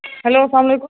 hello سَلام علیکُم